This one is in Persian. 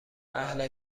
اهل